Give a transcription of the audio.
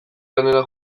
lanera